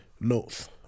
notes